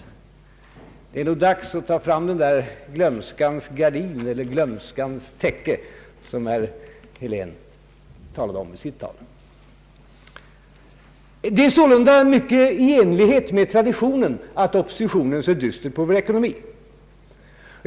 Det är nog dags att ta fram glömskans gardin eller täcke, som herr Helén talade om i sitt anförande. Det är sålunda mycket i enlighet med traditionen att oppositionen ser dystert på vår ekonomi.